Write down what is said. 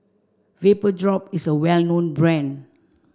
Vapodrop is a well known brand